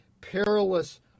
perilous